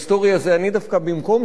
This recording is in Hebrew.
אני דווקא במקום זה אדבר,